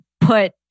put